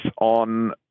on